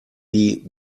die